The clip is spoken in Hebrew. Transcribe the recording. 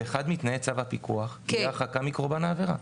באחד מתנאי צו הפיקוח תהיה הרחקה מקורבן העבירה.